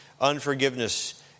unforgiveness